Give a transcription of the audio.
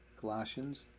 Colossians